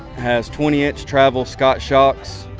has twenty inch travel scotch shots,